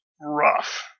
rough